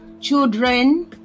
Children